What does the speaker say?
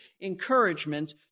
encouragement